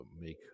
make